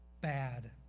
bad